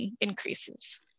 increases